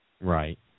Right